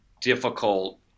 difficult